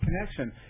connection